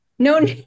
No